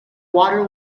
water